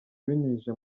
ibinyujije